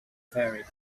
varied